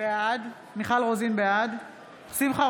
בעד שמחה